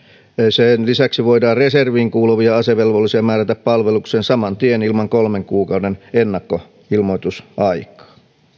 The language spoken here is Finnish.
sen lisäksi voidaan reserviin kuuluvia asevelvollisia määrätä palvelukseen saman tien ilman kolmen kuukauden ennakkoilmoitusaikaa